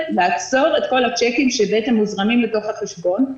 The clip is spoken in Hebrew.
לעצור את כל הצ'קים שבעצם מוזרמים לתוך החשבון,